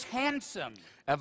handsome